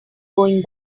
going